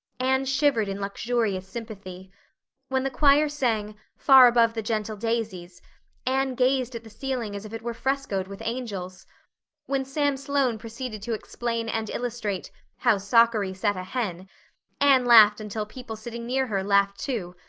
anne shivered in luxurious sympathy when the choir sang far above the gentle daisies anne gazed at the ceiling as if it were frescoed with angels when sam sloane proceeded to explain and illustrate how sockery set a hen anne laughed until people sitting near her laughed too,